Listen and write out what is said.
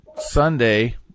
Sunday